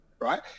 right